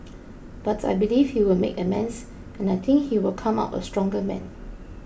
but I believe he will make amends and I think he will come out a stronger man